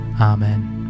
Amen